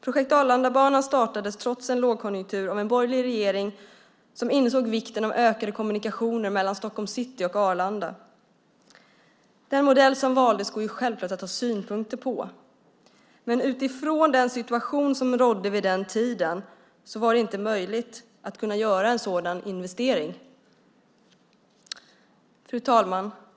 Projekt Arlandabanan startades trots en lågkonjunktur av en borgerlig regering som insåg vikten av ökade kommunikationer mellan Stockholms city och Arlanda. Det går självfallet att ha synpunkter på den modell som valdes, men utifrån den situation som rådde vid den tidpunkten var det inte möjligt att göra en sådan investering. Fru talman!